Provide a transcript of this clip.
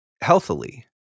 healthily